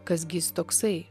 kas gi jis toksai